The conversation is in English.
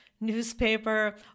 newspaper